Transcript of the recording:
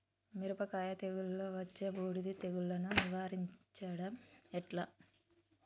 మిరపకాయ తెగుళ్లలో వచ్చే బూడిది తెగుళ్లను నివారించడం ఎట్లా?